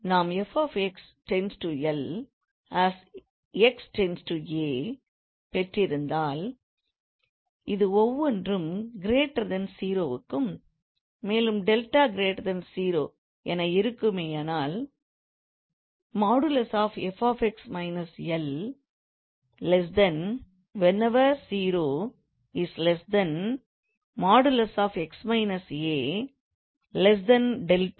நாம் 𝑓𝑥 → 𝑙 as 𝑥 → 𝑎 பெற்றிருந்தால் இது ஒவ்வொன்றும் 0 க்கும் மேலும் 𝛿 0 என இருக்குமேயானால் |𝑓𝑥 − 𝑙| whenever 0 |𝑥 − 𝑎| 𝛿